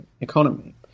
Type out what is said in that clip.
economy